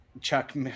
Chuck